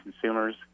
consumers